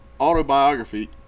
autobiography